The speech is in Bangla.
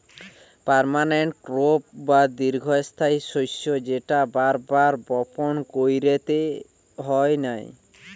পার্মানেন্ট ক্রপ বা দীর্ঘস্থায়ী শস্য যেটা বার বার বপণ কইরতে হয় নাই